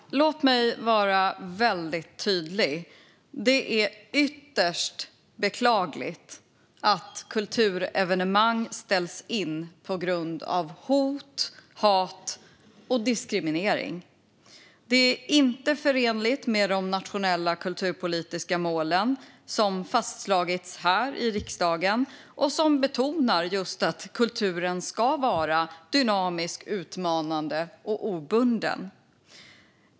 Fru talman! Låt mig vara väldigt tydlig. Det är ytterst beklagligt att kulturevenemang ställs in på grund av hot, hat och diskriminering. Det är inte förenligt med de nationella kulturpolitiska mål som fastslagits här i riksdagen och som betonar just att kulturen ska vara dynamisk, utmanande och obunden.